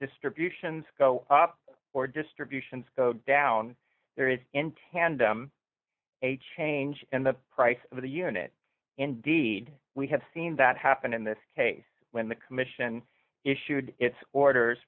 distributions go up or distributions go down there is in tandem a change in the price of the unit indeed we have seen that happen in this case when the commission issued its orders